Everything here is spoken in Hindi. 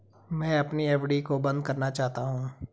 मैं अपनी एफ.डी को बंद करना चाहता हूँ